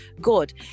good